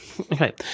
Okay